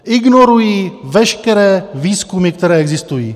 Ignorují veškeré výzkumy, které existují.